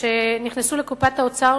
שנכנסו לקופת האוצר